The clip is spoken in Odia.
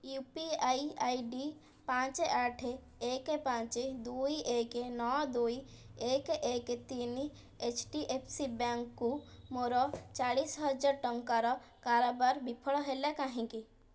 you P I I D ପାଞ୍ଚ ଆଠ ଏକ ପାଞ୍ଚ ଦୁଇ ଏକ ନଅ ଦୁଇ ଏକ ଏକ ତିନି ଏଚ୍ ଡ଼ି ଏଫ୍ ସି ବ୍ୟାଙ୍କ୍କୁ ମୋର ଚାଳିଶହଜାର ଟଙ୍କାର କାରବାର ବିଫଳ ହେଲା କାହିଁକି